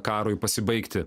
karui pasibaigti